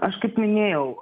aš kaip minėjau